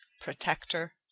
protector